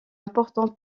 importante